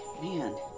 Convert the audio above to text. man